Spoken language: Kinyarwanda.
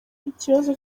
ikibazo